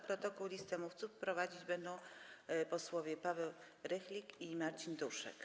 Protokół i listę mówców prowadzić będą posłowie Paweł Rychlik i Marcin Duszek.